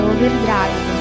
Overdrive